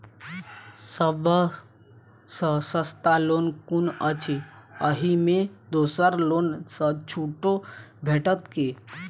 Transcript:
सब सँ सस्ता लोन कुन अछि अहि मे दोसर लोन सँ छुटो भेटत की?